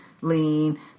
lean